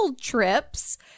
trips